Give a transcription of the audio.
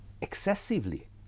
excessively